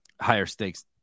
higher-stakes